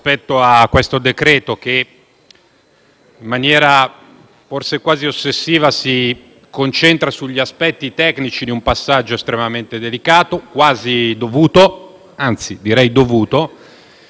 in maniera forse quasi ossessiva, si concentra sugli aspetti tecnici di un passaggio estremamente delicato, quasi dovuto - anzi, direi dovuto - perdendo